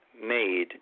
made